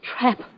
trap